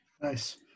nice